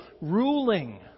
ruling